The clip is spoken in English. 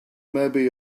maybe